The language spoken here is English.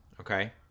Okay